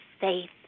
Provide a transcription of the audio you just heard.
faith